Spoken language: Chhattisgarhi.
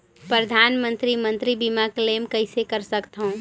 परधानमंतरी मंतरी बीमा क्लेम कइसे कर सकथव?